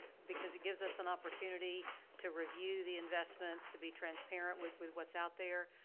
because it gives us an opportunity to review the investments to be transparent with with what's out there.